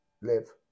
live